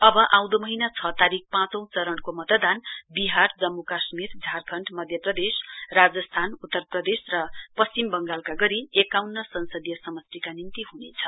अब आँउदो महीना छ तारीक पाँचौं चरणको मतदान बिहार जम्मू काश्मीर झारखण्ड मध्यप्रदेश राजस्थान उत्तर प्रदेश र पश्चिम बंगालका एकाउन्न संसदीय समष्टिका निम्ति हुनेछ